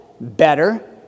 better